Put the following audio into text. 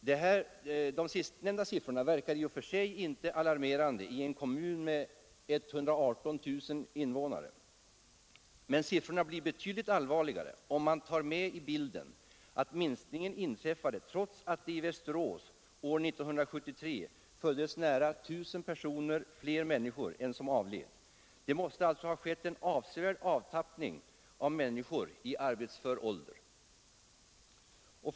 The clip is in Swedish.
De sistnämnda siffrorna verkar i och för sig inte alarmerande i en kommun med 118 000 invånare, men det blir betydligt allvarligare, om man tar med i bilden att minskningen inträffade trots att det i Västerås år 1973 var nära 1 000 fler människor som föddes än som avled. Det måste alltså ha skett en avsevärd avtappning av människor i arbetsför ålder. 6.